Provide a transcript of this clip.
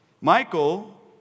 Michael